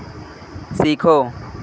सीखो